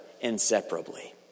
inseparably